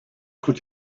could